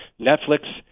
Netflix